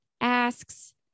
asks